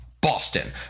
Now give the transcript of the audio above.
boston